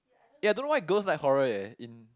eh I don't know why girls like horror eh in